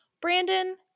Brandon